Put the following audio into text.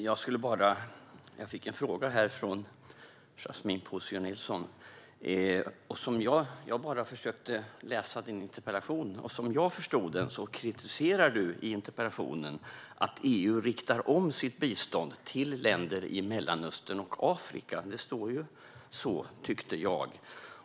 Fru talman! Jag fick en fråga från Yasmine Posio Nilsson. Jag försökte bara läsa din interpellation, och som jag förstod det kritiserar du i den att EU riktar om sitt bistånd till länder i Mellanöstern och Afrika. Det står ju så, tyckte jag.